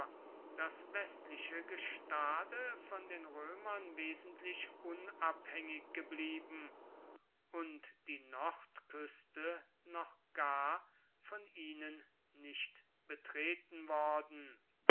das westliche gestade von den römern wesentlich unabhängig geblieben und die nordküste noch gar von ihnen nicht betreten worden